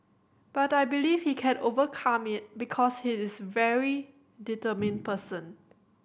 but I believe he can overcome it because he is a very determined person